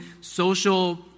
social